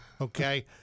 okay